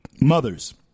mothers